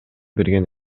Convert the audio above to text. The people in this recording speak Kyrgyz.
берген